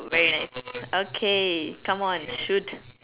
very nice okay come on shoot